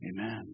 Amen